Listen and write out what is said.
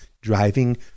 driving